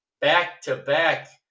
back-to-back